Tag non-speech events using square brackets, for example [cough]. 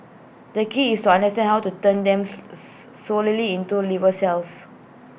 the key is to understand how to turn them [unintelligible] solely into liver cells